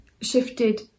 shifted